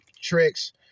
tricks